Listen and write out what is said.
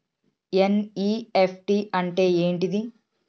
NEFT అంటే ఏంటిది?